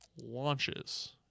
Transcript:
launches